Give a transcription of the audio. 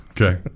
Okay